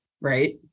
right